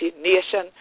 nation